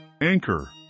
Anchor